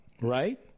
Right